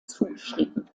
zugeschrieben